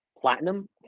Platinum